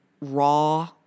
raw